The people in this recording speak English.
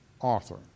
author